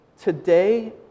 today